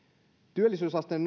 työllisyysasteen